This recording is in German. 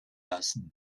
lassen